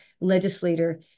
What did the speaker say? legislator